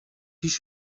پیش